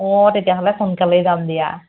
অ তেতিয়াহ'লে সোনকালেই যাম দিয়া